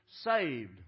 Saved